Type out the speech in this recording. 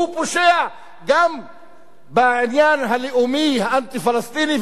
הוא פושע גם בעניין הלאומי האנטי-פלסטיני,